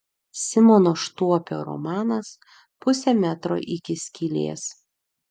simono štuopio romanas pusė metro iki skylės